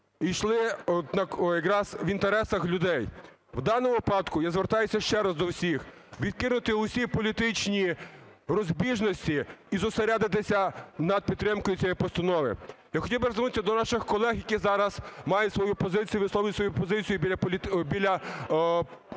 йшли якраз в інтересах людей. В даному випадку, я звертаюся ще раз до всіх, відкинути усі політичні розбіжності і зосередитися над підтримкою цієї постанови. Я хотів би звернутися до наших колег, які зараз мають свою позицію, висловлюють свою позицію біля трибуни